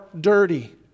dirty